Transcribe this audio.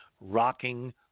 rocking